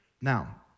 Now